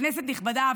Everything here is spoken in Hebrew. כנסת נכבדה,